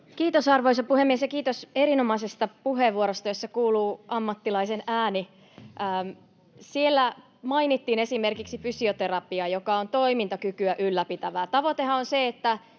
Kiitos, arvoisa puhemies! Kiitos erinomaisesta puheenvuorosta, jossa kuuluu ammattilaisen ääni. — Siellä mainittiin esimerkiksi fysioterapia, joka on toimintakykyä ylläpitävää. Tavoitehan on se, että